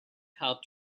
how